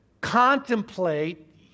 contemplate